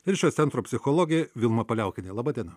ir šio centro psichologė vilma paliaukienė laba diena